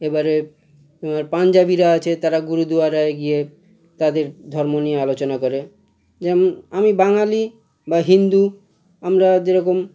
এবারে পাঞ্জাবিরা আছে তারা গুরুদুয়ারায় গিয়ে তাদের ধর্ম নিয়ে আলোচনা করে যেমন আমি বাঙালি বা হিন্দু আমরা যেরকম